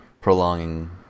prolonging